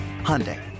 Hyundai